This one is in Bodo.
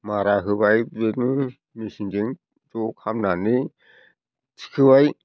मारा होबाय बेनो मेसिनजों ज' खालामनानै थिखांबाय